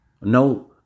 no